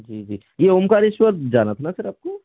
जी जी ये ओम्कारेश्वर जाना था ना सर आपको